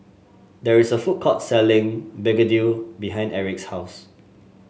there is a food court selling Begedil behind Erich's house